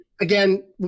again